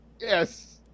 Yes